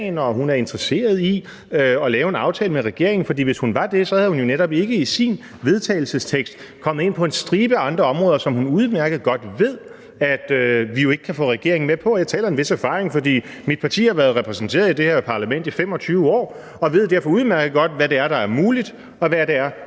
at hun er interesseret i at lave en aftale med regeringen, for hvis hun var det, var hun jo netop ikke i sit forslag til vedtagelse kommet ind på en stribe andre områder, som hun jo udmærket godt ved at vi jo ikke kan få regeringen med på. Jeg taler af en vis erfaring, for mit parti har været repræsenteret i det her parlament i 25 år og ved derfor udmærket godt, hvad det er, der er muligt, og hvad det er,